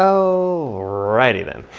so righty then.